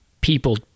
people